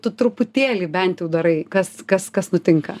tu truputėlį bent jau darai kas kas kas nutinka